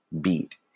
beat